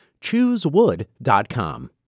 Choosewood.com